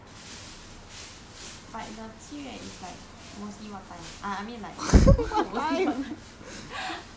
but the 七月 is like mostly what time ah I mean like mostly what time un~ as in until how long